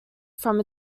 from